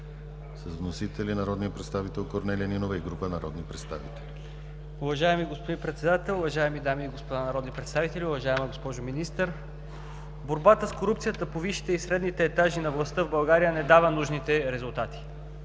с вносители народния представител Корнелия Нинова и група народни представители. КРУМ ЗАРКОВ (БСП за България): Уважаеми господин Председател, уважаеми дами и господа народни представители, уважаема госпожо Министър! Борбата с корупцията по висшите и средните етажи на властта в България не дава нужните резултати.